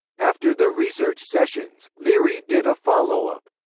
after the research sessions, leary did a follow-up.